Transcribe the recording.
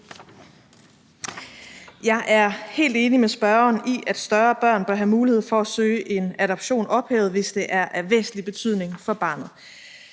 Jeg er helt enig med spørgeren i, at større børn bør have mulighed for at søge en adoption ophævet, hvis det er af væsentlig betydning for barnet.